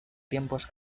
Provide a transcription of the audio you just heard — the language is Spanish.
tiempos